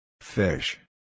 fish